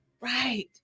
Right